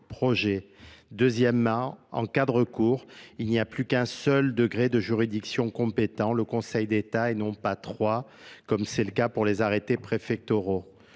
projet. Deuxièmement, en cass de recours il n'y a plus qu'un seul degré de juridiction compétent le Conseil d'état et non pas trois comme c'est le cas pour les arrêtés préfectoraux,